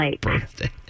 birthday